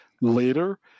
later